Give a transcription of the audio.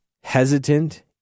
hesitant